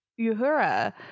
Uhura